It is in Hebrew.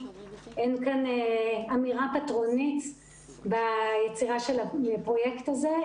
אין כאן אמירה פטרונית ביצירה של הפרויקט הזה,